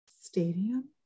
stadium